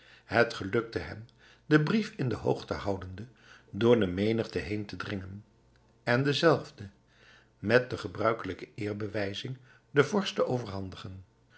het gelukte hem den brief in de hoogte houdende door de menigte heen te dringen en denzelven met de gebruikelijke eerbewijzing den vorst te overhandigen